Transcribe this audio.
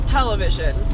Television